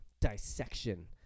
dissection